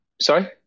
sorry